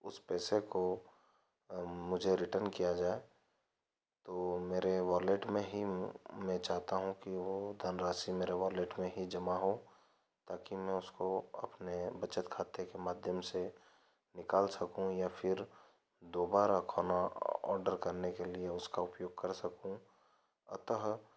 उस पैसे को मुझे रिटर्न किया जाए तो मेरे वालेट में ही मैं चाहता हूँ कि वो धनराशी मेरे वॉलेट में ही जमा हो ताकि मैं उसको अपने बचत खाते के माध्यम से निकल सकूँ या फिर दोबारा खाना ऑर्डर करने के लिए उसका उपयोग कर सकूँ अतः